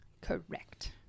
Correct